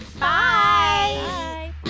Bye